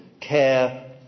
care